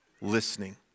listening